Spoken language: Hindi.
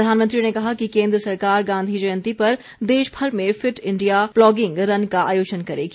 प्रधानमंत्री ने कहा कि केन्द्र सरकार गांधी जयंती पर देशभर में फिट इंडिया प्लॉगिंग रन का आयोजन करेगी